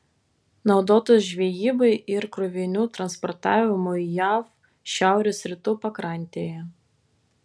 naudotas žvejybai ir krovinių transportavimui jav šiaurės rytų pakrantėje